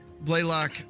Blaylock